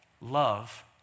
love